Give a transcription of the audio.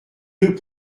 deux